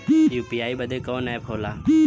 UPI बदे कवन app होला?